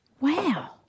Wow